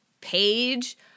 page